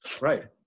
Right